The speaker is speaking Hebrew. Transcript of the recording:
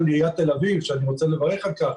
עיריית תל אביב שאני רוצה לברך על כך.